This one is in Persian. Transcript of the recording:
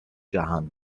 جهان